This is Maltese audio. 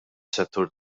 settur